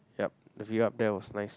yup the view up there was nice